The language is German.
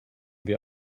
wir